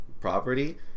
property